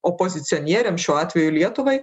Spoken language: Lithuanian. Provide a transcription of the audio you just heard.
opozicionieriam šiuo atveju lietuvai